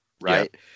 Right